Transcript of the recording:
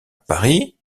paris